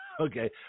okay